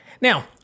Now